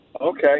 Okay